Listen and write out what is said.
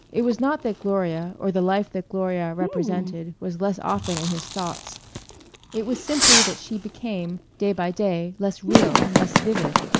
it was not that gloria or the life that gloria represented was less often in his thoughts it was simply that she became, day by day, less real, less vivid.